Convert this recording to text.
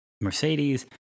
Mercedes